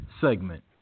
segment